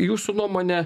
jūsų nuomone